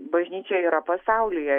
bažnyčia yra pasaulyje